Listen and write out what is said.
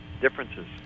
differences